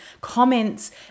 comments